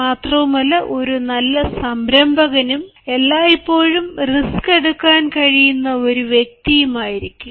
മാത്രവുമല്ല ഒരു നല്ല സംരംഭകനും എല്ലായ്പ്പോഴും റിസ്ക് എടുക്കാൻ കഴിയുന്ന ഒരു വ്യക്തിയും ആയിരിക്കും